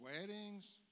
weddings